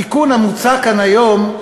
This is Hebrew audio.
התיקון המוצע כאן היום,